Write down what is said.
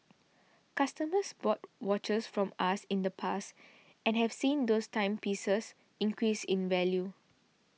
customers bought watches from us in the past and have seen those timepieces increase in value